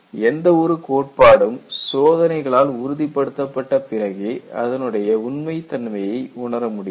எந்த ஒரு கோட்பாடும் சோதனைகளால் உறுதிப்படுத்தப்பட்ட பிறகே அதனுடைய உண்மை தன்மையை உணரமுடியும்